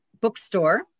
bookstore